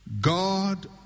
God